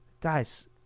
Guys